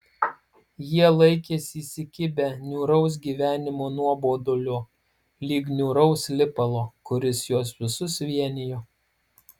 jie laikėsi įsikibę niūraus gyvenimo nuobodulio lyg niūraus lipalo kuris juos visus vienijo